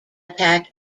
attack